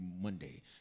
Monday